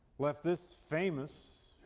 left this famous